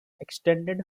extended